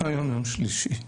היום יום שלישי,